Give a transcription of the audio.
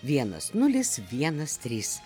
vienas nulis vienas trys